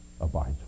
abides